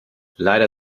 leider